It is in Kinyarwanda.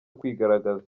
kwigaragaza